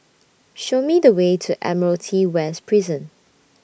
Show Me The Way to Admiralty West Prison